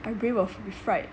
my brain will be fried